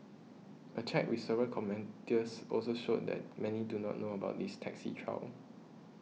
a check with several also showed that many do not know about this taxi trial